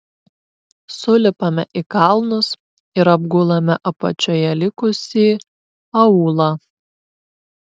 sulipame į kalnus ir apgulame apačioje likusį aūlą